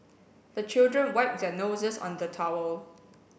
the children wipe their noses on the towel